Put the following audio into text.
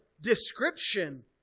description